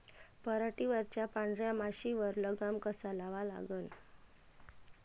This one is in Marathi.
पराटीवरच्या पांढऱ्या माशीवर लगाम कसा लावा लागन?